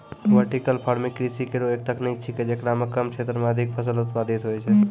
vertical farming कृषि केरो एक तकनीक छिकै, जेकरा म कम क्षेत्रो में अधिक फसल उत्पादित होय छै